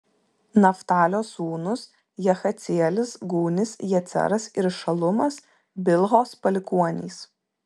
naftalio sūnūs jahacielis gūnis jeceras ir šalumas bilhos palikuonys